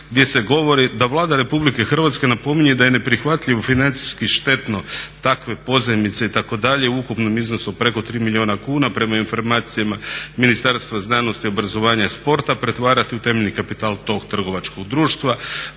gdje se govori da Vlada Republike Hrvatske napominje da je neprihvatljivo i financijski štetno takve pozajmice itd., u ukupnom iznosu preko 3 milijuna kuna prema informacijama Ministarstva znanosti, obrazovanja i sporta pretvarati u temeljni kapital tog trgovačkog društva.